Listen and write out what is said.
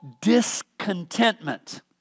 discontentment